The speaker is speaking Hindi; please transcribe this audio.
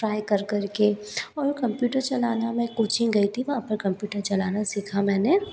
ट्राई कर कर के और कम्प्यूटर चलाना मैं कोचिंग गई थी वहाँ पर कम्प्यूटर चलाना सीखा मैंने